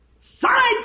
Science